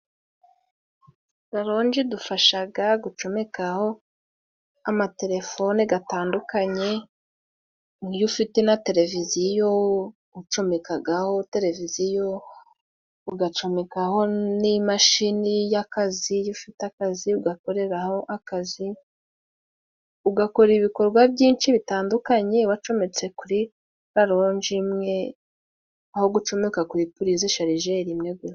Raronji idufashaga gucomekaho amatelefone gatandukanye, iyo ufite na televiziyo ucomekagaho televiziyo, ugacomekaho n'imashini y'akazi iyo ufite akazi, ugakoreraho akazi, ugakora ibikorwa byinshi bitandukanye wacometse kuri raronji imwe aho gucomeka kuri prize sharijeri imwe gusa.